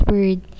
Word